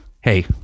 hey